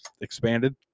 expanded